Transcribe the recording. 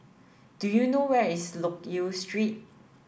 do you know where is Loke Yew Street